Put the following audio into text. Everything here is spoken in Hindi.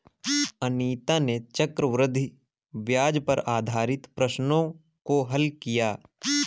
अनीता ने चक्रवृद्धि ब्याज पर आधारित प्रश्नों को हल किया